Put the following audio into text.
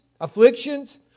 afflictions